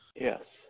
Yes